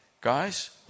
guys